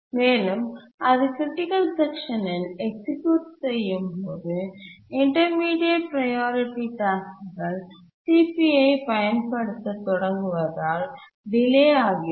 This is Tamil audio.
மேலும் அது க்ரிட்டிக்கல் செக்ஷன் ல் எக்சிக்யூட் செய்யும் போது இன்டர்மீடியட் ப்ரையாரிட்டி டாஸ்க்குகள் CPUஐப் பயன்படுத்தத் தொடங்குவதால் டிலே ஆகிறது